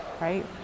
right